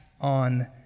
on